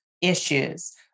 issues